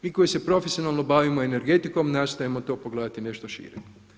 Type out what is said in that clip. Mi koji se profesionalno bavimo energetikom nastojimo to pogledati nešto šire.